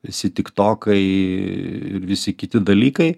visi tik tokai ir visi kiti dalykai